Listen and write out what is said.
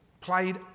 played